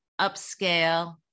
upscale